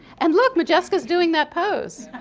and look modjeska's doing that pose!